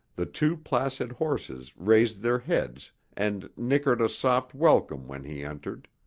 the two placid horses raised their heads and nickered a soft welcome when he entered.